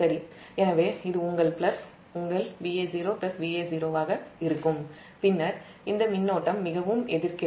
சரி எனவே இது உங்கள் பிளஸ் உங்கள் Va0 Va0 ஆக இருக்கும் பின்னர் இந்த மின்னோட்டம் மிகவும் எதிர்க்கிறது